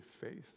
faith